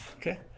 Okay